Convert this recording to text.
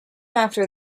after